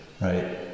Right